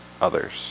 others